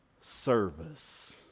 service